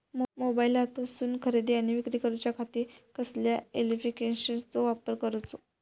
मोबाईलातसून खरेदी आणि विक्री करूच्या खाती कसल्या ॲप्लिकेशनाचो वापर करूचो?